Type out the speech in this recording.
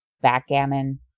Backgammon